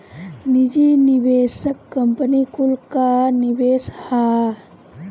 निजी निवेशक कंपनी कुल कअ निवेश हअ